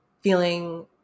feeling